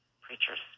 preachers